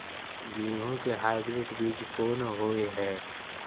गेहूं के हाइब्रिड बीज कोन होय है?